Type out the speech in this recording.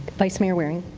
vice mayor waring